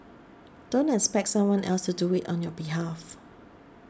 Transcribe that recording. don't expect someone else to do it on your behalf